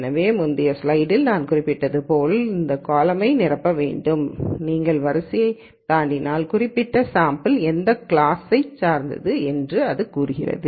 எனவே முந்தைய ஸ்லைடில் நான் குறிப்பிட்டது போல் இந்த காலமை நிரப்ப வேண்டும் நீங்கள் வரிசையைத் தாண்டினால் குறிப்பிட்ட சாம்பிள் எந்த கிளாஸை சேர்ந்தது என்று அது கூறுகிறது